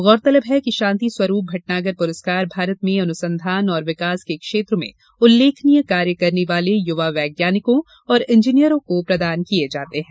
गौरतलब है कि शांति स्वरूप भटनागर पुरस्कार भारत में अनुसंधान और विकास के क्षेत्र में उल्लेखनीय कार्य करने वाले युवा वैज्ञानिकों और इंजीनियरों को प्रदान किए जाते हैं